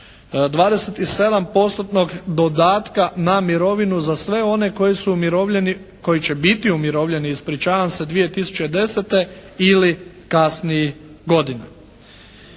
dodatka na mirovinu za sve one koji su umirovljeni, koji će biti umirovljeni ispričavam se, 2010. ili kasnijih godina.